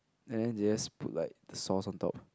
then they just put like the sauce on top